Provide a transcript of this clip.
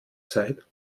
zeit